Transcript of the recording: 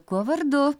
kuo vardu